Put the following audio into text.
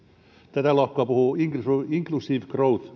tätä lohkoa puhuu osallistavasta talouskasvusta inc usive growth